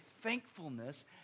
thankfulness